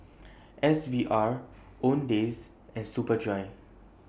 S V R Owndays and Superdry